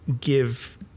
give